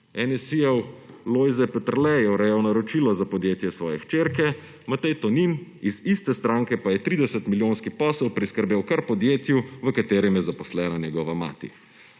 NSi-jev Lojze Peterle je urejal naročilo za podjetje svoje hčerke, Matej Tonin iz iste stranke pa je 30-milijonski posel priskrbel kar podjetju, v katerem je zaposlena njegova mati.